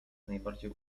najbardziej